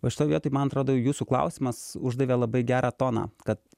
va šitoj vietoj man atrodo jūsų klausimas uždavė labai gerą toną kad